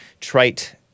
trite